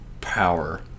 power